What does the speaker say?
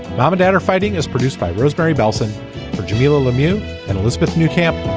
mom and dad are fighting is produced by roseberry bellson for jamilah lemieux and elizabeth new camp.